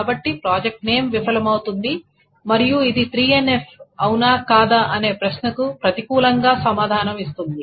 కాబట్టి project name విఫలమవుతుంది మరియు ఇది 3NF అవునా కాదా అనే ప్రశ్నకు ప్రతికూలంగా సమాధానం ఇస్తుంది